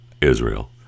Israel